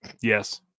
Yes